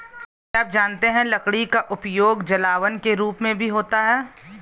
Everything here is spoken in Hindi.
क्या आप जानते है लकड़ी का उपयोग जलावन के रूप में भी होता है?